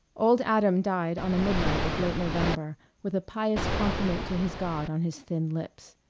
old adam died on a midnight of late november with a pious compliment to his god on his thin lips.